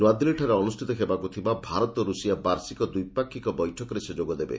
ନୂଆଦିଲ୍ଲୀଠାରେ ଅନୁଷ୍ଠିତ ହେବାକୁ ଥିବା ଭାରତ ରୂଷିଆ ବାର୍ଷିକ ଦ୍ୱିପାକ୍ଷିକ ବୈଠକରେ ସେ ଯୋଗଦେବେ